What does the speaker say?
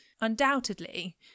undoubtedly